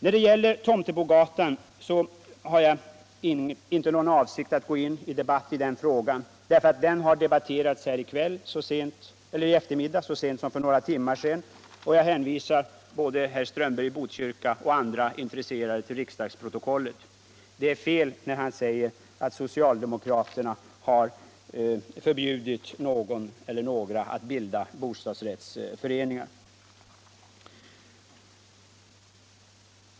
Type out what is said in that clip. När det gäller fallet Tomtebogatan eller Kadetten 25 har jag inte någon avsikt att gå in i debatt i den frågan, eftersom den har debatterats här i eftermiddag, för några timmar sedan. Jag hänvisar både herr Strömberg i Botkyrka och andra intresserade till riksdagsprotokollet. Det är fel när herr Strömberg säger att socialdemokraterna har förbjudit någon eller några att bilda bostadsrättsföreningar.